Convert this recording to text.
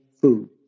food